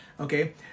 okay